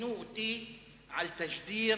ראיינו אותי על תשדיר